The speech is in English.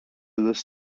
this